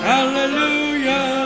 Hallelujah